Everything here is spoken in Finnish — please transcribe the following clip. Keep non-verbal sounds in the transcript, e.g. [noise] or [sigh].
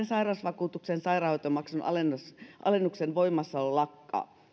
[unintelligible] sairausvakuutuksen sairaanhoitomaksun alennuksen voimassaolo lakkaa